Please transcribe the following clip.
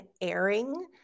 airing